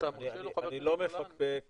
אני לא מפקפק